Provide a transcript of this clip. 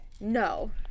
No